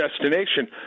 destination